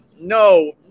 No